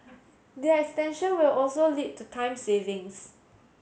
the extension will also lead to time savings